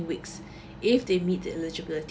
weeks if they meet the eligibility